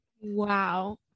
Wow